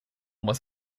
was